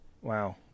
Wow